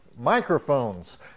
microphones